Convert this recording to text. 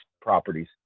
properties